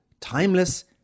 timeless